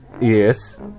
Yes